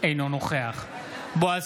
אינו נוכח בועז